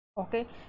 okay